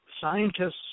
scientists